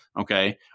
okay